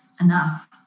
enough